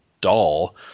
doll